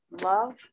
love